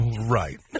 Right